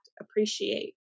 appreciate